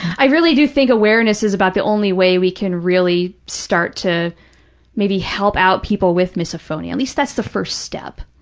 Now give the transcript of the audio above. i really do think awareness is about the only way we can really start to maybe help out people with misophonia. at least that's the first step.